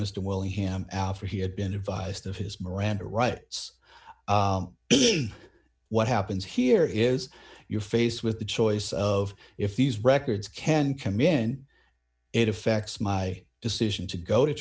mr will him after he had been advised of his miranda rights what happens here is you're faced with the choice of if these records can come in it affects my decision to go to